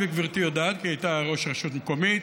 וגברתי יודעת, היא הייתה ראש רשות מקומית.